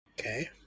Okay